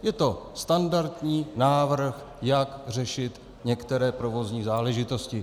Je to standardní návrh, jak řešit některé provozní záležitosti.